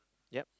yea